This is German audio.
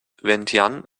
vientiane